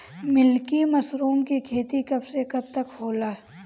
Milky mushroom के खेती कब से कब तक होला?